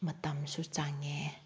ꯃꯇꯝꯁꯨ ꯆꯪꯉꯦ